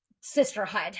sisterhood